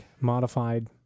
modified